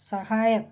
സഹായം